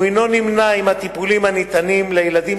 הוא אינו נמנה עם הטיפולים הניתנים לילדים